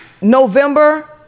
November